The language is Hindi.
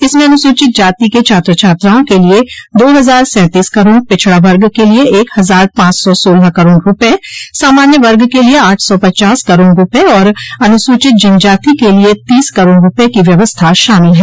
इसमें अनुसूचित जाति के छात्र छात्राओं के लिये दो हजार सैंतीस करोड़ पिछड़ा वर्ग के लिये एक हजार पांच सौ सोलह करोड़ रूपये सामान्य वर्ग के लिये आठ सौ पचास करोड़ रूपये और अनुसूचित जनजाति के लिये तीस करोड़ रूपये की व्यवस्था शामिल है